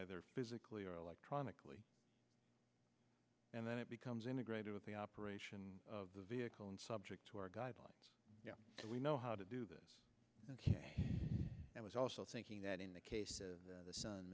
either physically or electronically and then it becomes integrated with the operation of the vehicle and subject to our guidelines so we know how to do this and it was also thinking that in the case of the sun